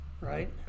Right